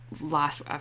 last